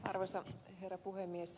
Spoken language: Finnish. arvoisa herra puhemies